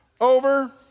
over